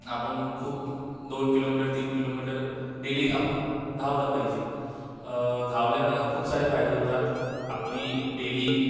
आपण खूप दोन किलोमीटर तीन किलोमीटर डेली आपण धावलं पाहिजे धावल्यानं खूप सारे फायदे होतात आपली डेली